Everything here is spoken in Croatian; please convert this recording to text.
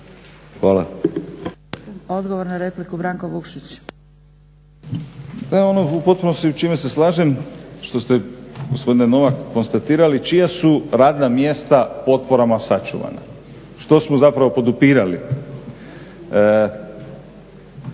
laburisti - Stranka rada)** To je ono u potpunosti s čime se slažem što ste gospodine Novak konstatirali čija su radna mjesta potporama sačuvana. Što smo zapravo podupirali.